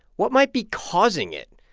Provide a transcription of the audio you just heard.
what might be causing it?